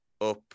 up